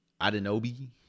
Adenobi